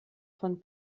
von